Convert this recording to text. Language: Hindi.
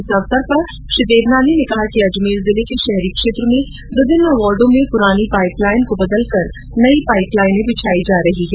इस अवसर पर श्री देवनानी ने कहा कि अजमेर जिले के शहरी क्षेत्र में विभिन्न वार्डो में पुरानी पाईप लाईनों को बदलकर नई पाईपलाईनें बिछाई जा रही है